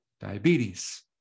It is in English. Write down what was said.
diabetes